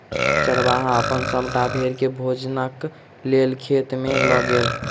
चरवाहा अपन सभटा भेड़ के भोजनक लेल खेत में लअ गेल